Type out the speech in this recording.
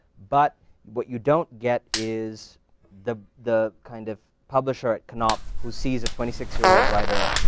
but what you don't get is the the kind of publisher at knopf who sees a twenty six year old writer,